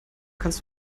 kannst